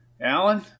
Alan